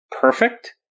perfect